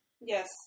Yes